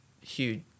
huge